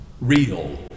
real